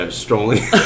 strolling